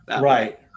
Right